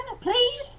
please